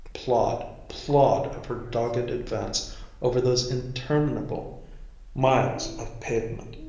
plod, plod of her dogged advance over those interminable miles of pavement.